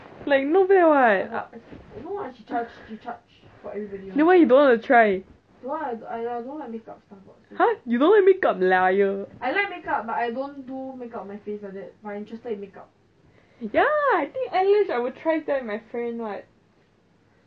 like not bad what then why you don't want to try !huh! you don't like make up liar ya I think eyelash I will try my friend [what]